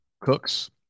Cooks